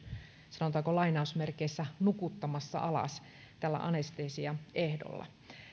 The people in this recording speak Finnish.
sanotaanko lainausmerkeissä nukuttamassa alas tällä anestesiaehdolla